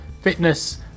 fitness